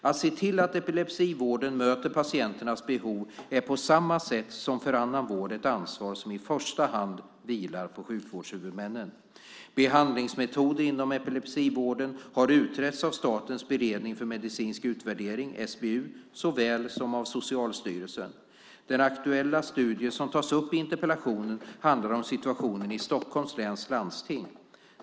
Att se till att epilepsivården möter patienternas behov är på samma sätt som för annan vård ett ansvar som i första hand vilar på sjukvårdshuvudmännen. Behandlingsmetoder inom epilepsivården har utretts av Statens beredning för medicinsk utvärdering, SBU, såväl som av Socialstyrelsen. Den aktuella studie som tas upp i interpellationen handlar om situationen i Stockholms läns landsting.